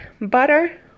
butter